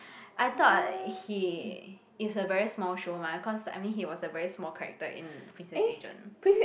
I thought he is a very small show mah cause I mean he was a very small character in Princess Agent